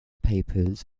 papers